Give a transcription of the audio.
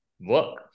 work